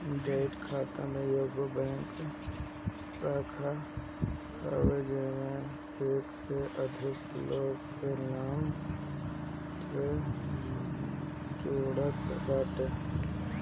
joint खाता एगो bank खाता हवे जेमे एक से अधिका लोग के नाम से खाता खुलत बाटे